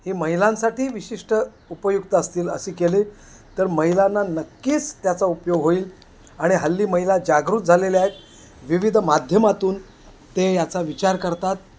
ही महिलांसाठी विशिष्ट उपयुक्त असतील अशी केली तर महिलांना नक्कीच त्याचा उपयोग होईल आणि हल्ली महिला जागृत झालेल्या आहे विविध माध्यमातून ते याचा विचार करतात